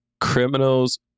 criminals